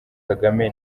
kagame